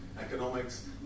economics